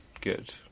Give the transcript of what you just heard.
Good